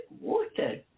water